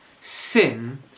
sin